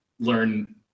learn